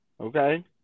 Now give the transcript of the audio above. Okay